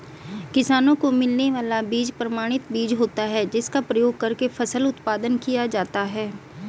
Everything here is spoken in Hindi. किसानों को मिलने वाला बीज प्रमाणित बीज होता है जिसका प्रयोग करके फसल उत्पादन किया जाता है